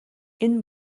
энэ